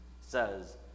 says